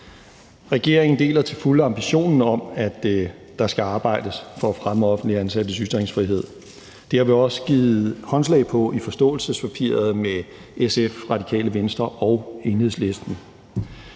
Regeringen deler til fulde ambitionen om, at der skal arbejdes for at fremme offentligt ansattes ytringsfrihed. Det har vi også givet håndslag på i forståelsespapiret med SF, Radikale Venstre og Enhedslisten.